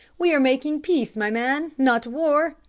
we are making peace, my man, not war.